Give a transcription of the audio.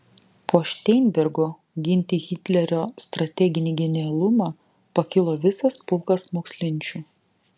po šteinbergo ginti hitlerio strateginį genialumą pakilo visas pulkas mokslinčių